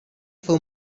for